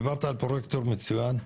דיברת על פרויקטור מצוין.